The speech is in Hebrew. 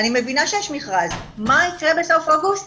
אני מבינה שיש מכרז, מה יקרה בסוף אוגוסט?